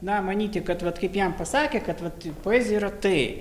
na manyti kad vat kaip jam pasakė kad vat poezija yra tai